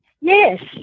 Yes